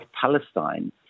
Palestine